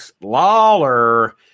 Lawler